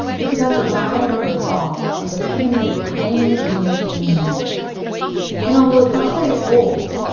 it's about the rise and fall of the company that pioneered video gaming in america and although it's not very old,